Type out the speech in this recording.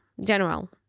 general